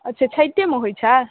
अच्छा छइठेमे होइ छै